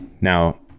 Now